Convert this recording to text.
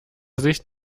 sicht